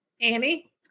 Annie